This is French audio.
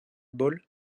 ball